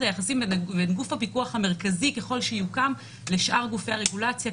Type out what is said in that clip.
היחסים בין גוף הפיקוח המרכזי ככל שיוקם לשאר גופי הרגולציה.